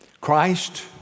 Christ